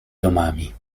domami